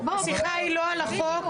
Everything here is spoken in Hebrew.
טוב, השיחה היא לא על החוק.